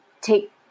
take